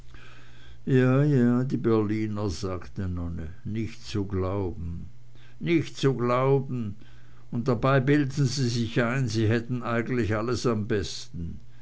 fall ja die berliner sagte nonne nich zu glauben nich zu glauben und dabei bilden sie sich ein sie hätten eigentlich alles am besten